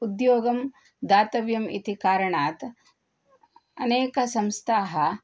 उद्योगः दातव्यः इति कारणात् अनेकसंस्थाः